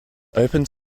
opened